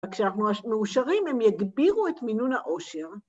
‫וכשאנחנו מאושרים ‫הם יגבירו את מינון האושר.